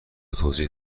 توضیح